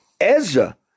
Ezra